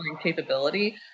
capability